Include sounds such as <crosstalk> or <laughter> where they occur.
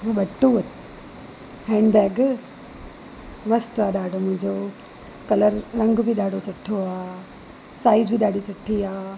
<unintelligible> handbag मस्तु आहे ॾाढो मुंहिजो कलर रंग बि ॾाढो सुठो आहे साइज़ बि ॾाढी सुठी आहे